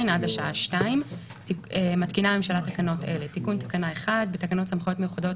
עד השעה 14:00. תיקון תקנה 1 בתקנות סמכויות מיוחדות